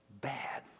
bad